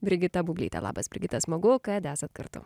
brigita bublytė labas brigita smagu kad esat kartu